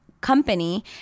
company